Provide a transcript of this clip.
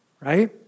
right